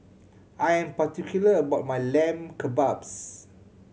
I'm particular about my Lamb Kebabs